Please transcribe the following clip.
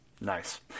Nice